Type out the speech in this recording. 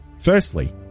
Firstly